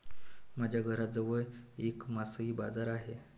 माझ्या घराजवळ एक मासळी बाजार आहे